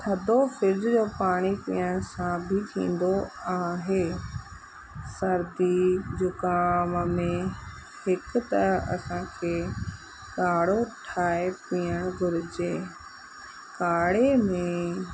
थधो फिर्ज जो पाणी पीअण सां बि थींदो आहे सर्दी ज़ुकाम में हिकु त असांखे काढ़ो ठाहे पीअणु घुरिजे काढ़े में